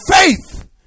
faith